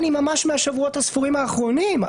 היא ממש מהשבועות הספורים האחרונים.